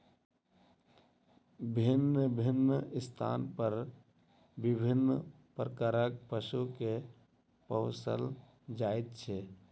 भिन्न भिन्न स्थान पर विभिन्न प्रकारक पशु के पोसल जाइत छै